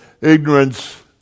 ignorance